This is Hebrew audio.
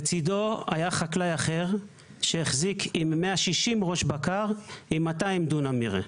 לצדו היה חקלאי אחר שהחזיק 160 ראשי בקר עם 200 דונם מרעה.